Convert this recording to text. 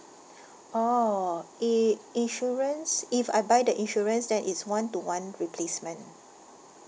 orh in~ insurance if I buy the insurance then it's one to one replacement